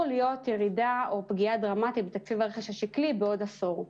להיות ירידה או פגיעה דרמטית בתקציב הרכש השקלי בעוד עשור.